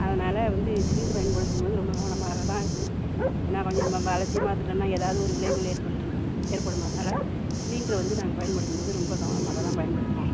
அதனால் வந்து சிலிண்ட்ரை பயன்படுத்தும் போது ரொம்ப கவனமாக தான் இருக்கணும் ஏன்னால் கொஞ்சம் இம்பம்ப அலட்சியமாக இருந்துவிட்டோன்னா ஏதாவது ஒரு விளைவுகள் ஏற்பற்று ஏற்படும் அதனால் சிலிண்ட்ரை வந்து நாங்கள் பயன்படுத்தும் போது ரொம்ப கவனமாக தான் பயன்படுத்துகிறோம்